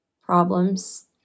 problems